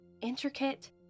Intricate